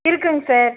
இருக்குதுங்க சார்